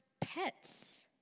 pets